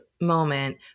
moment